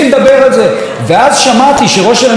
ואז שמעתי שראש הממשלה היה באו"ם.